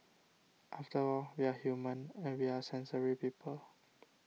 after all we are human and we are sensory people